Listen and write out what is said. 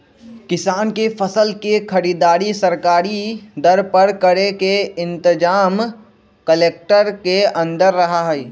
किसान के फसल के खरीदारी सरकारी दर पर करे के इनतजाम कलेक्टर के अंदर रहा हई